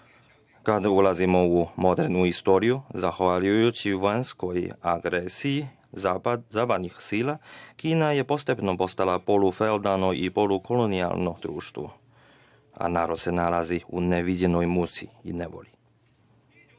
Kada ulazimo u modernu istoriju zahvaljujući vanjskoj agresiji zapadnih sila, Kina je postepeno postala polufeudalno i polukolonijalno društvo. Narod se nalazi u neviđenoj muci i nevolji. Godine